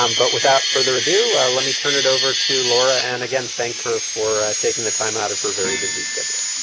um but without further ado let me turn it over to ah and again thank her for taking the time out of her very busy schedule.